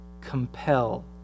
compel